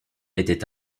était